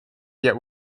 yet